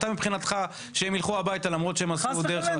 אולי מבחינתך שילכו הביתה למרות שעשו דרך --- חס וחלילה,